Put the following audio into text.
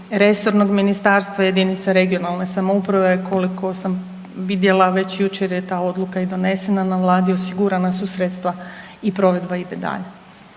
resornog ministarstva jedinica regionalne samouprave. Koliko sam vidjela već jučer je ta odluka i donesena na vladi, osigurana su sredstva i provedba ide dalje.